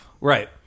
Right